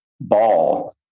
ball